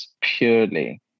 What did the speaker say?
purely